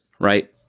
Right